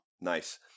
Nice